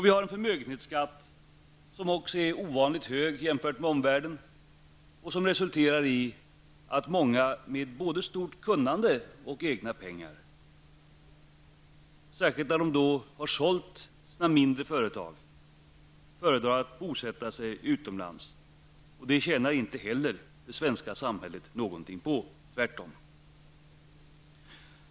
Vi har en förmögenhetsskatt som också är ovanligt hög jämfört med omvärldens och som resulterar i att många med både stort kunnande och egna pengar, särskilt när de har sålt sina mindre företag, föredrar att bosätta sig utomlands. Det tjänar inte heller det svenska samhället någonting på, tvärtom.